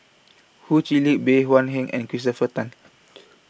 Ho Chee Lick Bey Hua Heng and Christopher Tan